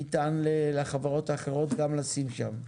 ניתן לחברות האחרות גם לשים שם?